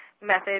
method